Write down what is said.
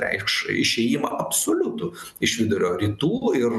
reikš išėjimą absoliutų iš vidurio rytų ir